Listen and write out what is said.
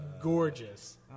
gorgeous